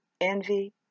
envy